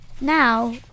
Now